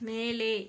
மேலே